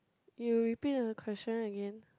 you repeat the question again